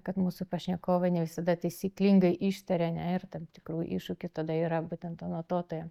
kad mūsų pašnekovai ne visada taisyklingai ištaria ane ir tam tikrų iššūkių tada yra būtent anotuotojam